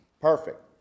Perfect